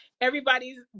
Everybody's